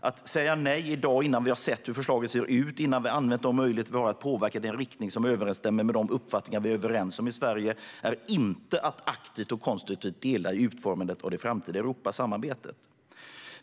Att säga nej i dag, innan vi sett hur förslaget ser ut och innan vi använt de möjligheter vi har att påverka det i en riktning som överensstämmer med de uppfattningar vi är överens om i Sverige, är inte att aktivt och konstruktivt delta i utformandet av det framtida Europasamarbetet.